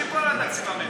אז שייפול על תקציב המדינה.